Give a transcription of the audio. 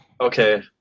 Okay